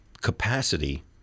capacity—